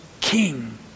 king